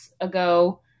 ago